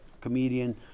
comedian